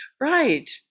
Right